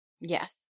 Yes